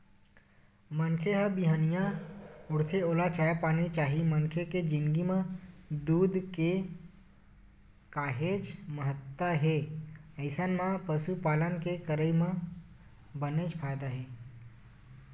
मनखे ह बिहनिया उठथे ओला चाय पानी चाही मनखे के जिनगी म दूद के काहेच महत्ता हे अइसन म पसुपालन के करई म बनेच फायदा हे